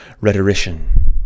rhetorician